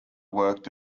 worked